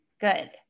Good